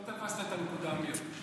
לא תפסת את הנקודה, אמיר.